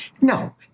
no